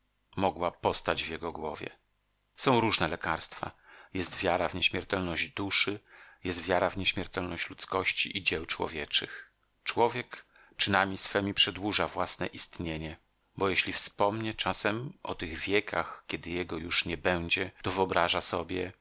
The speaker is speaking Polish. mogła postać w jego głowie są różne lekarstwa jest wiara w nieśmiertelność duszy jest wiara w nieśmiertelność ludzkości i dzieł człowieczych człowiek czynami swemi przedłuża własne istnienie bo jeśli wspomni czasem o tych wiekach kiedy jego już nie będzie to wyobraża sobie